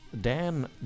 Dan